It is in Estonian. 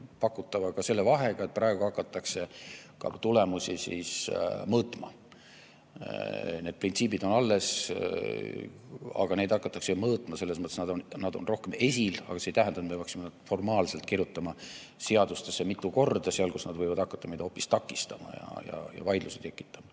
pakutavaga. Üksnes selle vahega, et praegu hakatakse ka tulemusi mõõtma. Need printsiibid on alles, aga [tulemusi] hakatakse mõõtma, selles mõttes nad on rohkem esil, aga see ei tähenda, et me peaksime nad formaalselt kirjutama seadusesse mitu korda, ka seal, kus nad võivad hakata meid hoopis takistama ja vaidlusi tekitama.